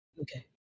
Okay